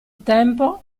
tempo